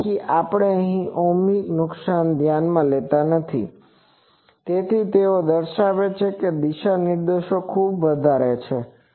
ત્યારથી આપણે આમાં ઓહમિક નુકસાનને ધ્યાનમાં લેતા નથી તેથી તેઓ દર્શાવે છે કે દિશા નિર્દેશો ખૂબ વધારે છે